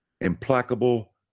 implacable